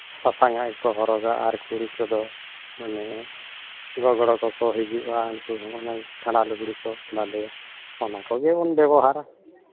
ᱥᱟᱥᱟᱝᱼᱟᱜ ᱜᱮᱠᱚ ᱦᱚᱨᱚᱜᱟ ᱟᱨ ᱠᱩᱲᱤ ᱠᱚᱫᱚ ᱢᱟᱱᱮ ᱜᱚᱜᱽᱲᱚ ᱠᱚᱠᱚ ᱦᱤᱡᱩᱜᱼᱟ ᱩᱱᱠᱩ ᱦᱚᱸ ᱚᱱᱟ ᱠᱷᱟᱸᱰᱟ ᱞᱩᱜᱽᱲᱤ ᱠᱚ ᱵᱟᱸᱫᱮᱭᱟ ᱚᱱᱟ ᱠᱚᱜᱮ ᱵᱚᱱ ᱵᱮᱵᱚᱦᱟᱨᱟ